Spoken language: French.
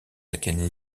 akènes